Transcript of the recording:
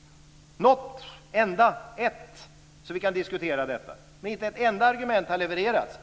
- något enda ett - så att vi kan diskutera det. Men inte ett enda argument har levererats.